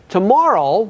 Tomorrow